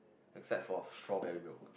except for strawberry milk